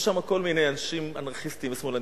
יש שם כל מיני אנשים אנרכיסטים ושמאלנים,